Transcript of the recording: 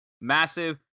massive